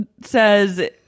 says